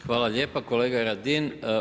Hvala lijepa kolega Radin.